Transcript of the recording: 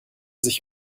sich